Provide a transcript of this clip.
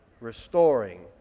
restoring